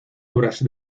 obras